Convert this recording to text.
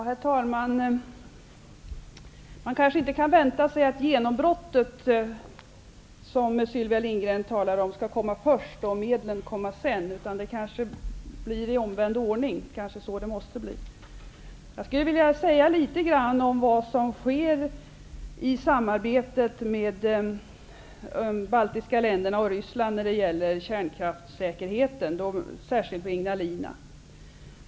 Herr talman! Man kan kanske inte vänta sig att det genombrott som Sylvia Lindgren talar om kommer först och medlen därefter. I stället kanske det blir omvänd ordning - måhända måste det också bli så. Jag skulle vilja säga några ord om vad som sker i samarbetet med de baltiska länderna och Ryssland när det gäller kärnkraftssäkerheten. Det gäller särskilt vid Ignalina.